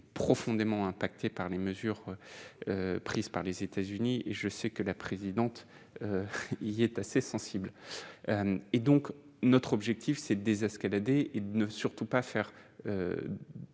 profondément impacté par les mesures prises par les États-Unis et je sais que la présidente, il est assez sensible et donc notre objectif c'est désescalade et ne surtout pas faire